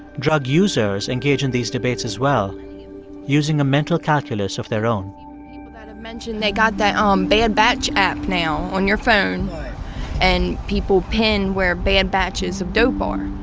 drug users engage in these debates as well using a mental calculus of their own people that have mentioned they got that um bad batch app now on your phone and people pin where bad batches of dope are.